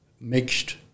mixed